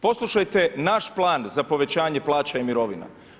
Poslušajte naš plan za povećanje plaća i mirovina.